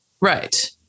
Right